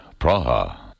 Praha